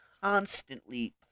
constantly